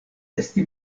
esti